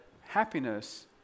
happiness